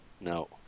No